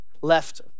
left